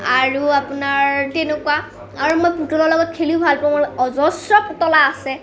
আৰু আপোনাৰ তেনেকুৱা আৰু মই পুতলাৰ লগত খেলিও ভাল পাওঁ মোৰ অজস্ৰ পুতলা আছে